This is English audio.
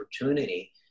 opportunity